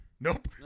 Nope